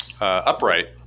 Upright